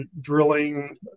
drilling